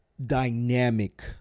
dynamic